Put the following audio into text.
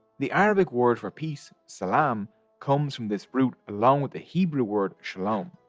the arabic word for peace salam comes from this root along with the hebrew word shalom.